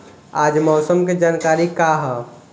आज मौसम के जानकारी का ह?